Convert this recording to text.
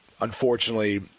unfortunately